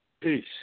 Peace